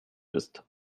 ist